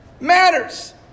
matters